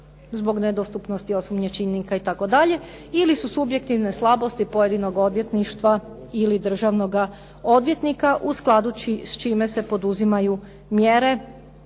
zbog nedostupnosti osumnjičenika itd., ili su subjektivne slabosti pojedinog odvjetništva ili državnoga odvjetnika u skladu s čime se poduzimaju mjere